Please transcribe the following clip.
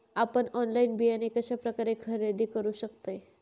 आपन ऑनलाइन बियाणे कश्या प्रकारे खरेदी करू शकतय?